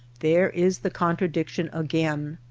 there is the contradiction again.